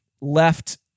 left